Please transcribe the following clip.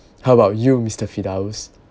how about you mister firdaus